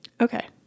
Okay